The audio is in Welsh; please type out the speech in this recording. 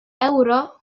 ewro